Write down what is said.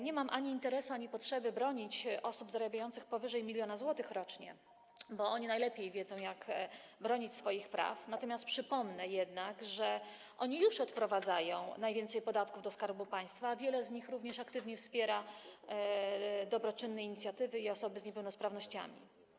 Nie mam ani interesu, ani potrzeby bronić osób zarabiających powyżej 1 mln zł rocznie, bo oni najlepiej wiedzą, jak bronić swoich praw, przypomnę jednak, że oni już odprowadzają najwięcej podatków do Skarbu Państwa, a wiele z nich również aktywnie wspiera inicjatywy dobroczynne i osoby z niepełnosprawnościami.